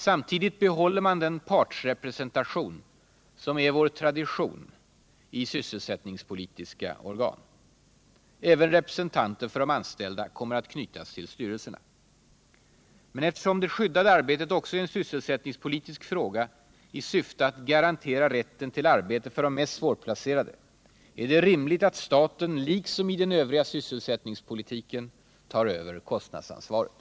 Samtidigt behåller man den partsrepresentation som är vår tradition i sysselsättningspolitiska organ. Också representanter för de anställda kommer att knytas till styrelserna. Men eftersom det skyddade arbetet även är en sysselsättningspolitisk fråga i syfte att garantera rätten till arbete för de mest svårplacerade, är det rimligt att staten — liksom i den övriga sysselsättningspolitiken — tar över kostnadsansvaret.